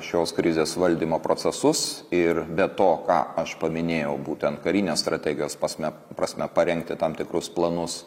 šios krizės valdymo procesus ir be to ką aš paminėjau būtent karinės strategijos posme prasme parengti tam tikrus planus